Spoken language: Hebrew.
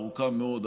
ארוכה מאוד,